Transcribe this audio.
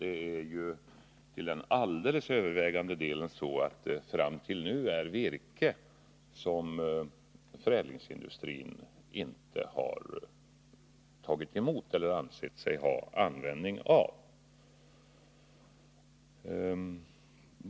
Det virke som har eldats upp är till den alldeles övervägande delen sådant virke som förädlingsindustrin inte har ansett sig ha användning för och därför inte har tagit emot.